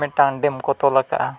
ᱢᱤᱫᱴᱟᱝ ᱰᱮᱢ ᱠᱚ ᱛᱚᱞ ᱟᱠᱟᱜᱼᱟ